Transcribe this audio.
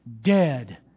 dead